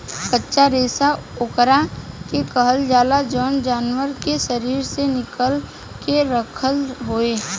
कच्चा रेशा ओकरा के कहल जाला जवन जानवर के शरीर से निकाल के रखल होखे